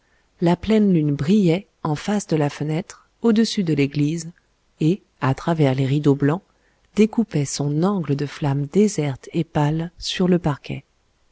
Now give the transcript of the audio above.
la pleine lune brillait en face de la fenêtre au-dessus de l'église et à travers les rideaux blancs découpait son angle de flamme déserte et pâle sur le parquet